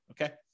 okay